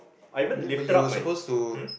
babe but you were supposed to